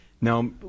Now